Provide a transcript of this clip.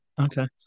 Okay